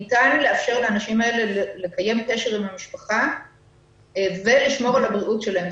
ניתן לאפשר לאנשים האלה לקיים קשר עם המשפחה ולשמור על הבריאות שלהם.